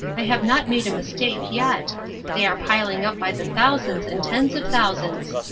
i have not made a mistake yet they are piling up by the thousands and tens of thousands.